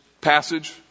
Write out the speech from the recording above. passage